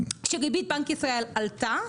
כשריבית בנק ישראל עלתה,